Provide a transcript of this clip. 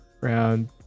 Round